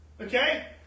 Okay